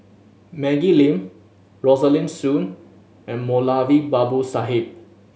Maggie Lim Rosaline Soon and Moulavi Babu Sahib